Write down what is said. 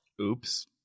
Oops